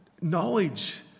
knowledge